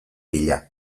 bila